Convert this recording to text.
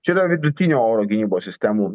čia yra vidutinio oro gynybos sistemų